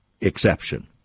exception